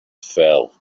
fell